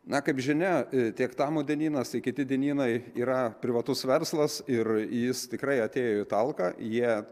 na kaip žinia tiek tamo dienynas tiek kiti dienynai yra privatus verslas ir jis tikrai atėjo į talką jie